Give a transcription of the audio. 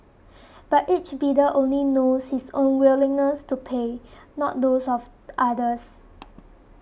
but each bidder only knows his own willingness to pay not those of others